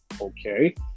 Okay